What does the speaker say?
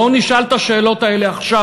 בואו נשאל את השאלות האלה עכשיו.